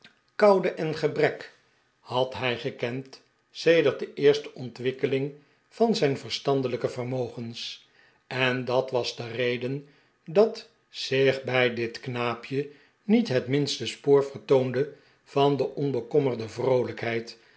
koude en gebrek had hij gekend sedert de eerste ontwikkeling van zijn verstandelijke vermogens en dat was de reden dat zich bij dit knaapje niet het minste spoor vertoonde van de onbekommerde vroolijkheid